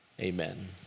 amen